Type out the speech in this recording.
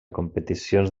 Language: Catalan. competicions